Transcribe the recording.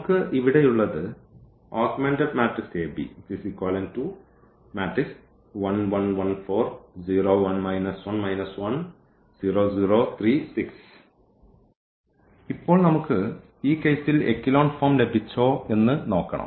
നമുക്ക് ഇവിടെയുള്ളത് ഇപ്പോൾ നമുക്ക് ഈ കേസിൽ എക്കലോൺ ഫോം ലഭിച്ചോ എന്ന് നോക്കണം